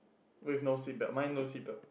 with no seat belt mine no seat belt